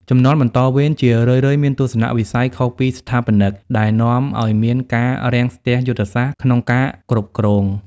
ជំនាន់បន្តវេនជារឿយៗមានទស្សនវិស័យខុសពីស្ថាបនិក ដែលនាំឱ្យមាន "ការរាំងស្ទះយុទ្ធសាស្ត្រ" ក្នុងការគ្រប់គ្រង។